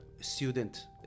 student